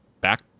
back